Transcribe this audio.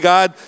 God